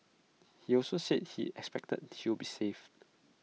he also said he expected she would be saved